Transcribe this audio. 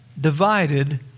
divided